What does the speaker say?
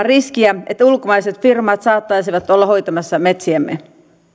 riskiä että ulkomaiset firmat saattaisivat olla hoitamassa metsiämme